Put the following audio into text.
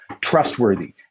trustworthy